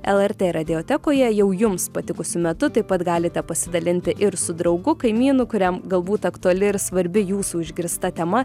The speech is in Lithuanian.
lrt radiotekoje jau jums patikusiu metu taip pat galite pasidalinti ir su draugu kaimynu kuriam galbūt aktuali ir svarbi jūsų išgirsta tema